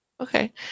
Okay